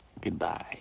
Goodbye